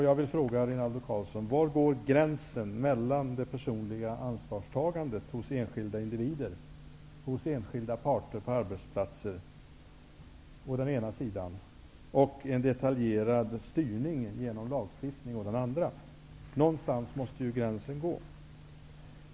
Jag vill fråga Rinaldo Karlsson: Var går gränsen mellan det personliga ansvarstagandet hos enskilda individer och hos enskilda parter på arbetsplatser å ena sidan och en detaljerad styrning genom lagstiftning å den andra? Någonstans måste ju gränsen gå.